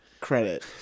credit